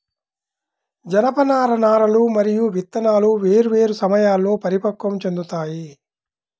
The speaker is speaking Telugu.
జనపనార నారలు మరియు విత్తనాలు వేర్వేరు సమయాల్లో పరిపక్వం చెందుతాయి